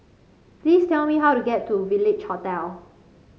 please tell me how to get to Village Hotel